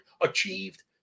achieved